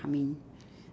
coming